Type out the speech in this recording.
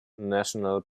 national